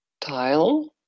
tile